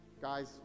Guys